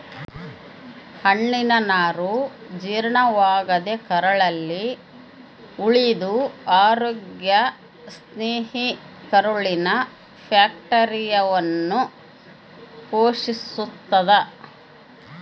ಹಣ್ಣಿನನಾರು ಜೀರ್ಣವಾಗದೇ ಕರಳಲ್ಲಿ ಉಳಿದು ಅರೋಗ್ಯ ಸ್ನೇಹಿ ಕರುಳಿನ ಬ್ಯಾಕ್ಟೀರಿಯಾವನ್ನು ಪೋಶಿಸ್ತಾದ